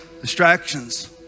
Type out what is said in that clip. Distractions